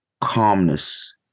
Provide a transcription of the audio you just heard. calmness